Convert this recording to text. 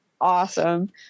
awesome